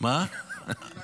ואם אני לא מסכים?